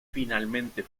finalmente